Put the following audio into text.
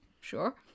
sure